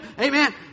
amen